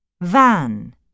Van